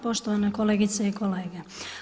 Poštovane kolegice i kolege.